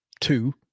two